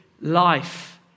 life